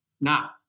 Now